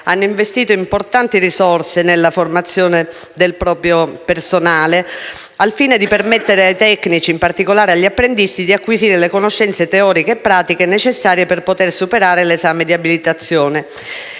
hanno investito importanti risorse nella formazione del proprio personale, al fine di permettere ai tecnici, in particolare agli apprendisti, di acquisire le conoscenze teoriche e pratiche necessarie per poter superare l'esame di abilitazione,